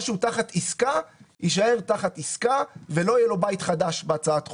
מה שהוא תחת עסקה יישאר תחת עסקה ולא יהיה לו בית חדש בהצעת החוק.